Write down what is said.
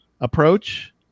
approach